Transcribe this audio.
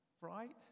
right